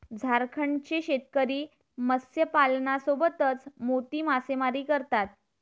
झारखंडचे शेतकरी मत्स्यपालनासोबतच मोती मासेमारी करतात